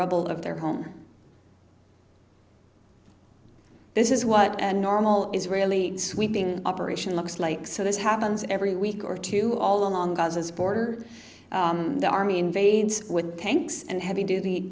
rubble of their home this is what normal israeli sweeping operation looks like so this happens every week or two all along gaza's border the army invades with tanks and heavy duty